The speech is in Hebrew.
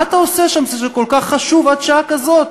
מה אתה עושה שם, שכל כך חשוב עד שעה כזאת?